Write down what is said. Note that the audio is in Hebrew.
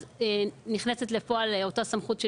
נכנסת לפועל אותה סמכות,